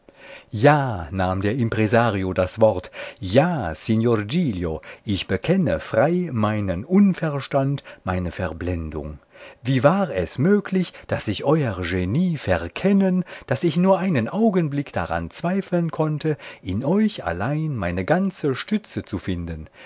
ja nahm der impresario das wort ja signor giglio ich bekenne frei meinen unverstand meine verblendung wie war es möglich daß ich euer genie verkennen daß ich nur einen augenblick daran zweifeln konnte in euch allein meine ganze stütze zu finden